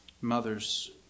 Mothers